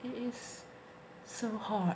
it is so hot